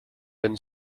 been